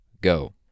go